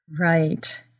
Right